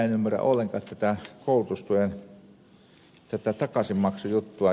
en ymmärrä ollenkaan tätä koulutustuen takaisinmaksujuttua